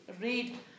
Read